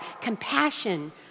compassion